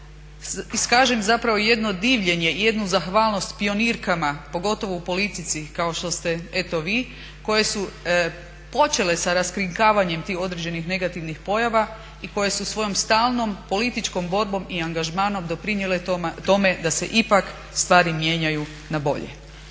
iskažem zapravo jedno divljenje i jednu zahvalnost pionirkama, pogotovo u politici, kao što ste eto vi, koje su počele sa raskrinkavanjem tih određenih negativnih pojava i koje su svojom stalnom političkom borbom i angažmanom doprinijele tome da se ipak stvari mijenjaju na bolje.